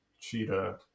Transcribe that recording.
Cheetah